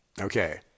Okay